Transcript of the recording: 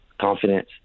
confidence